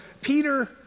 Peter